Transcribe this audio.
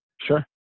Sure